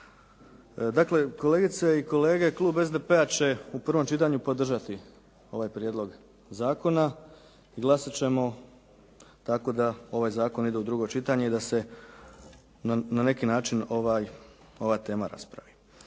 Dakle, kolegice i kolege, klub SDP-a će u prvom čitanju podržati ovaj prijedlog zakona. Glasat ćemo tako da ovaj zakon ide u drugo čitanje i da se na neki način ova tema raspravi